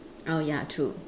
oh ya true